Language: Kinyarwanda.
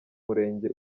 murenge